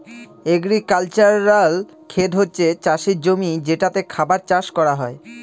agricultural খেত হচ্ছে চাষের জমি যেটাতে খাবার চাষ করা হয়